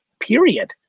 period.